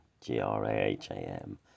G-R-A-H-A-M